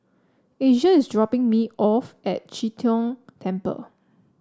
Asia is dropping me off at Chee Tong Temple